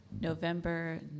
November